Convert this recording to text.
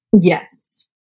Yes